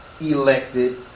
elected